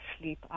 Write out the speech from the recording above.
sleep